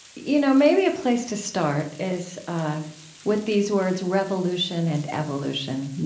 you know, maybe a place to start is with these words revolution and evolution,